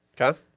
Okay